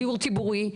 דיור ציבורי,